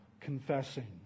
confessing